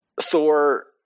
Thor